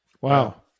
Wow